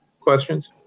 questions